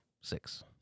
Six